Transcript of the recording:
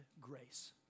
grace